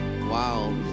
Wow